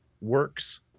works